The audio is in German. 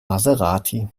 maserati